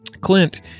Clint